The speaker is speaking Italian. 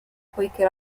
poiché